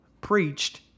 preached